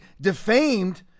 defamed